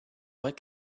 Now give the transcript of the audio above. what